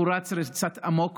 הוא רץ ריצת אמוק